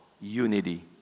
unity